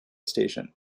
station